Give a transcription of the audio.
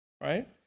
Right